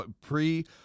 pre